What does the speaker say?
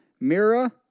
Mira